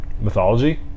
mythology